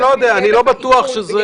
אבל זו הוראת ביצוע.